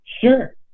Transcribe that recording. sure